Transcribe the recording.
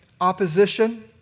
opposition